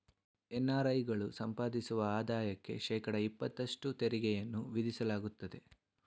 NRI ಗಳು ಸಂಪಾದಿಸುವ ಆದಾಯಕ್ಕೆ ಶೇಕಡ ಇಪತ್ತಷ್ಟು ತೆರಿಗೆಯನ್ನು ವಿಧಿಸಲಾಗುತ್ತದೆ